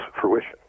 fruition